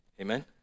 Amen